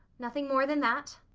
nothing more than that.